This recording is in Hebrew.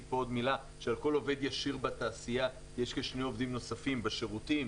על כל עובד ישיר בתעשייה יש כשני עובדים נוספים בשירותים,